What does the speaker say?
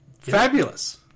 Fabulous